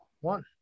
one